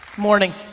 morning.